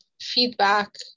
feedback